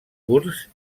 curts